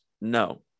No